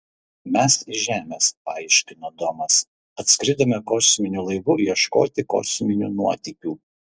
mes iš žemės paaiškino domas atskridome kosminiu laivu ieškoti kosminių nuotykių